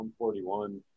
141